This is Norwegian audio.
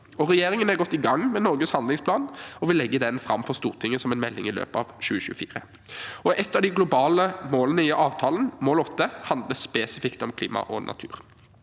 Regjeringen er godt i gang med Norges handlingsplan, og vil legge den fram for Stortinget som en melding i løpet av 2024. Ett av de globale målene i naturavtalen, mål 8, handler spesifikt om klima og natur.